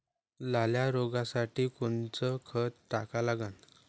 लाल्या रोगासाठी कोनचं खत टाका लागन?